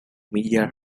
media